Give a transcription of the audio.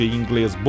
inglês